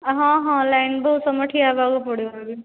ହଁ ହଁ ଲାଇନ୍ ବହୁତ ସମୟ ଠିଆ ହେବାକୁ ପଡ଼ିବ